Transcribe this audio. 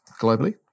globally